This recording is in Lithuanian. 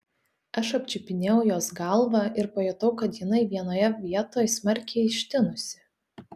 aš apčiupinėjau jos galvą ir pajutau kad jinai vienoje vietoj smarkiai ištinusi